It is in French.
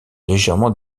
légèrement